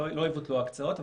לא יבוטלו ההקצאות.